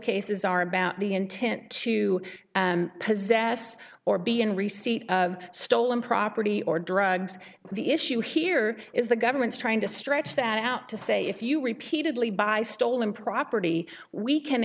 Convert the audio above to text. cases are about the intent to possess or be in recess stolen property or drugs the issue here is the government's trying to stretch that out to say if you repeatedly by stolen property we can